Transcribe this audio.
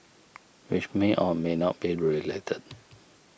which may or may not be related